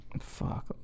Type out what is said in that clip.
Fuck